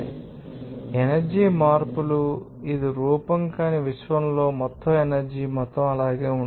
కాబట్టి ఎనర్జీ మార్పులు ఇది రూపం కానీ విశ్వంలో మొత్తం ఎనర్జీ మొత్తం అలాగే ఉంటుంది